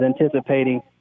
anticipating